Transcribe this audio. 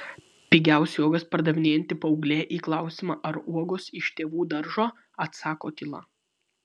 pigiausiai uogas pardavinėjanti paauglė į klausimą ar uogos iš tėvų daržo atsako tyla